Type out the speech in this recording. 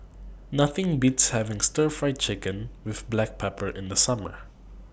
Nothing Beats having Stir Fried Chicken with Black Pepper in The Summer